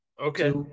Okay